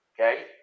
Okay